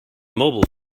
mobile